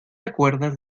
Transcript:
acuerdas